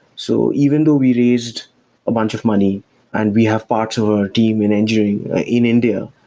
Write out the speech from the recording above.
so even though we raised a bunch of money and we have parts of our team in engineering in india,